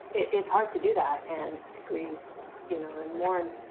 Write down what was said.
it's hard to do that and to grieve you know and mourn